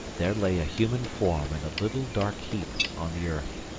there lay a human form in a little dark heap on the earth.